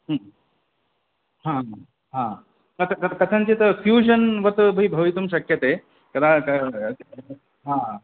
तत् कथञ्चित् ट्यूषन् वत् अपि भवितुं शक्यते कदा